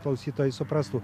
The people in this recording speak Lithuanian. klausytojai suprastų